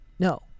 No